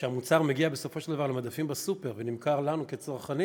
כשהמוצר מגיע בסופו של דבר למדפים בסופר ונמכר לנו כצרכנים,